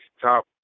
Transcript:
top